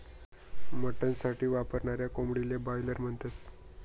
mutton साठी वापरनाऱ्या कोंबडीले बायलर म्हणतस